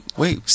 wait